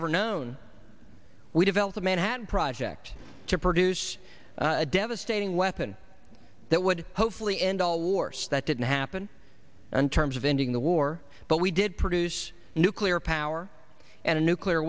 ever known we developed a manhattan project to produce a devastating weapon that would hopefully end all wars that didn't happen and terms of ending the war but we did produce nuclear power and a nuclear